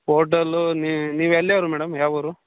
hotel ನೀವೆಲ್ಲಿಯವರು madam ಯಾವ ಊರು